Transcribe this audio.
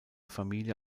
familie